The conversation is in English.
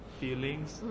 feelings